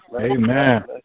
Amen